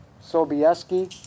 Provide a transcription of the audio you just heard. Sobieski